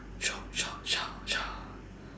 show show show show